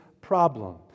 problem